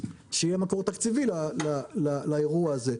שיהיה מקור תקציבי לאירוע הזה.